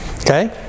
Okay